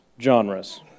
genres